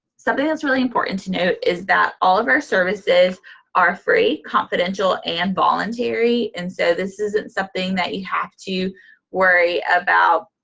something that's really important to note is that all of our services are free, confidential, and voluntary. and so this isn't something that you have to worry about